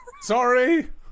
Sorry